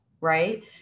right